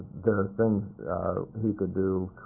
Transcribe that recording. there are things he could do.